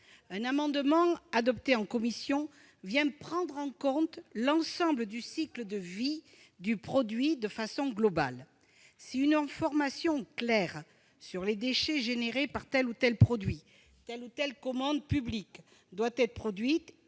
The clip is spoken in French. Un amendement a été adopté en commission pour prendre en compte l'ensemble du cycle de vie du produit, de façon globale. De fait, si une information claire sur les déchets engendrés par tel ou tel produit ou telle ou telle commande publique doit être fournie,